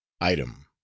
Item